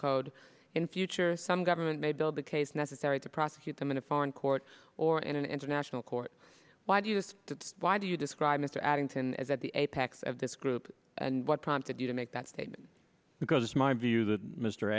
code in future some government may build the case necessary to prosecute them in a foreign court or in an international court why do you have to why do you describe mr addington as at the apex of this group and what prompted you to make that statement because it's my view that mr